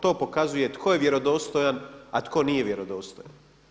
To pokazuje tko je vjerodostojan a tko nije vjerodostojan.